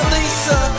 Lisa